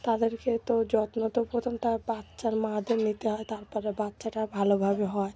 তাদেরকে তো যত্ন তো প্রথম তার বাচ্চার মাদের নিতে হয় তার পরে বাচ্চাটা ভালোভাবে হয়